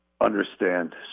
understand